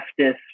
leftist